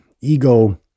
ego